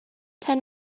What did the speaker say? ten